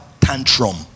tantrum